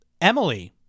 Emily